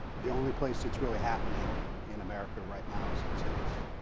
the only place it's really happening in america right now is in cities,